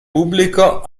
pubblico